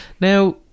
Now